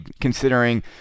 considering